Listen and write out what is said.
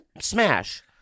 smash